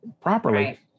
properly